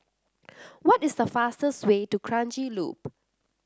what is the fastest way to Kranji Loop